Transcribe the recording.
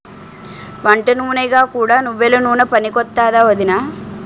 వంటనూనెగా కూడా నువ్వెల నూనె పనికొత్తాదా ఒదినా?